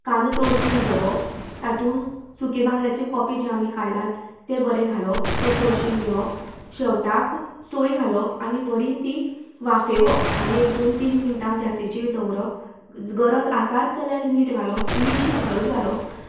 कांदो तळसून घेवप तातून सुके बांगड्याचे कोपे जे आमी काडलात ते बरें घालप ते तोळसुन घेवप शेवटाक सोय घालप आनी बरी ती वाफेवप आनी एक दोन तीन मिण्टां गॅसीचेर दवरप गरज आसाच जाल्यार मीठ घालप इल्लिशी हळद घालप